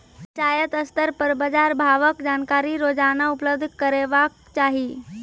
पंचायत स्तर पर बाजार भावक जानकारी रोजाना उपलब्ध करैवाक चाही?